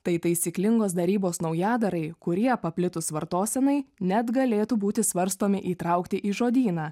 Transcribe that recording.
tai taisyklingos darybos naujadarai kurie paplitus vartosenai net galėtų būti svarstomi įtraukti į žodyną